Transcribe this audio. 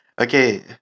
Okay